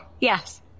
yes